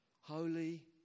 Holy